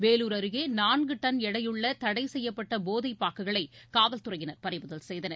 வேலூர் அருகே நான்கு டன் எடையுள்ள தடை செய்யப்பட்ட போதை பாக்குகளை காவல்துறையினர் பறிமுதல் செய்தனர்